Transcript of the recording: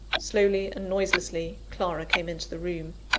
slowly and noiselessly, clara came into the room.